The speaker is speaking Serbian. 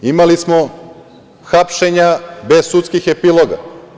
Imali smo hapšenja bez sudskih epiloga.